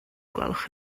gwelwch